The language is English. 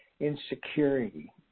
insecurity